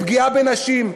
לפגיעה בנשים,